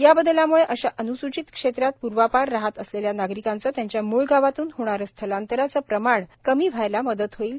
या बदलाम्ळे अशा अन्सूचित क्षेत्रात पूर्वापार राहत आलेल्या नागरिकांचं त्यांच्या मूळ गावातून होणारं स्थलांतराचं प्रमाण कमी व्हायलाही मदत होईल